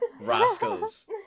Rascals